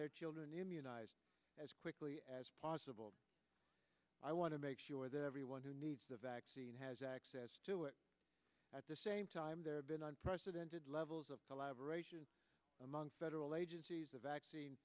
their children immunized as quickly as possible i want to make sure that everyone who needs the vaccine has access to it at the same time there have been unprecedented levels of collaboration among federal agencies the vaccine